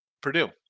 Purdue